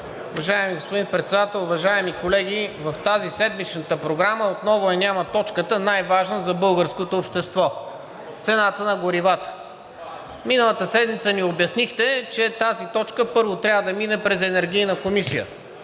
Уважаеми господин Председател, уважаеми колеги! В тази, седмичната, Програма отново я няма точката, най-важна за българското общество: цената на горивата. Миналата седмица ни обяснихте, че тази точка първо трябва да мине през Енергийна комисия.